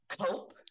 cope